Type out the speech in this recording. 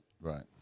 Right